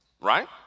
right